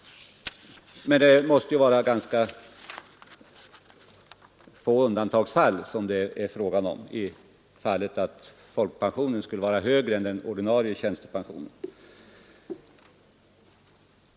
Men det måste vara i ganska få undantagsfall som folkpensionen och ATP-pensionen är högre än den ordinarie tjänstepensionen.